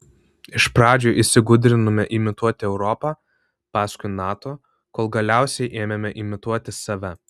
iš pradžių įsigudrinome imituoti europą paskui nato kol galiausiai ėmėme imituoti save